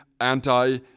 anti